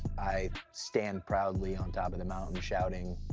i stand proudly on top of the mountain shouting,